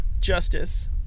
justice